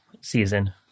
season